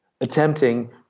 attempting